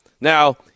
Now